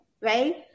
right